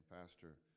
Pastor